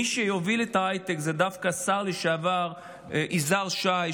מי שיוביל את ההייטק זה דווקא השר לשעבר יזהר שי,